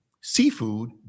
seafood